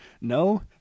no